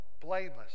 blameless